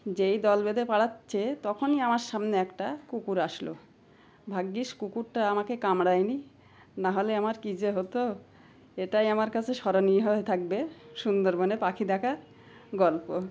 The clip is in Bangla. যেই দল বেঁধে পালাচ্ছে তখনই আমার সামনে একটা কুকুর আসলো ভাগ্যিস কুকুরটা আমাকে কামড়ায় নি নাহলে আমার কী যে হতো এটাই আমার কাছে স্মরণীয় হয়ে থাকবে সুন্দরবনে পাখি দেখার গল্প